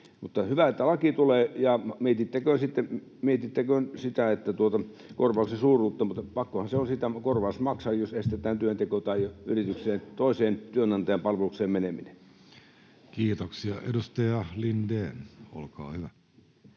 hyvä, että laki tulee. Mietittäköön korvauksen suuruutta, mutta pakkohan siitä on korvaus maksaa, jos estetään työnteko tai toisen työnantajan palvelukseen meneminen. [Speech 113] Speaker: Jussi Halla-aho